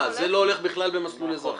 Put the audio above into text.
זה לא הולך בכלל במסלול אזרחי.